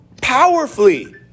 powerfully